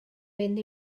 fynd